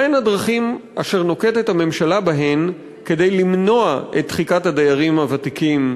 מהן הדרכים אשר נוקטת הממשלה למנוע דחיקת הדיירים הוותיקים,